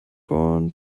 born